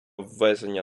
ввезення